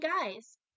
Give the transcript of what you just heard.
guys